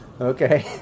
Okay